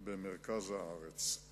במרכז הארץ.